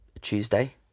Tuesday